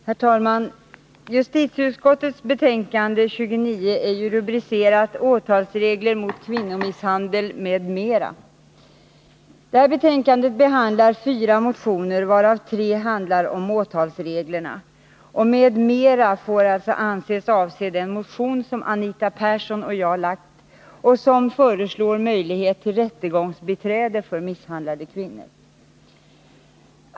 Herr talman! Justitieutskottets betänkande 29 är rubricerat ”åtalsregler vid kvinnomisshandel m.m.”. Detta betänkande behandlar fyra motioner, varav tre handlar om åtalsreglerna. ”M. m.” får alltså anses avse den motion som Anita Persson och jag väckt och där vi föreslår möjlighet till rättegångsbiträde för misshandlade kvinnor.